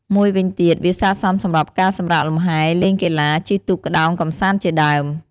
មួយវិញទៀត វាស័ក្តិសមសម្រាប់ការសម្រាកលំហែ លេងកីឡា ជិះទូកក្តោងកម្សាន្តជាដើម។